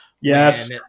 yes